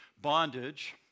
bondage